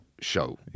show